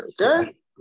Okay